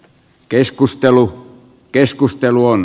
keskustelu keskustelu on